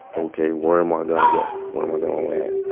okay, where am i gonna go? where am i gonna land?